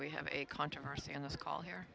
we have a controversy on this call here